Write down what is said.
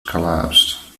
collapsed